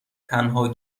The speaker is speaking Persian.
تنها